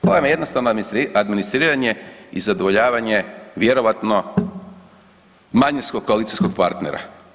To vam je jednostavno administriranje i zadovoljavanje vjerojatno manjinskog koalicijskog partnera.